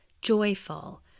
joyful